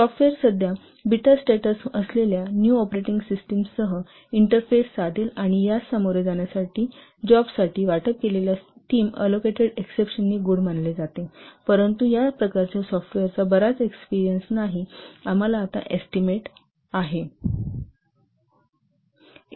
software सध्या beta status असलेल्या new operating system सह इंटरफेस साधेल आणि यास सामोरे जाण्यासाठी जॉबसाठी वाटप केलेल्या टीम अलोकेटेड एक्ससेप्शन गुड मानले जाते परंतु या प्रकारच्या सॉफ्टवेअरचा बराच एक्सपेरियन्स नाही एस्टीमेट आहे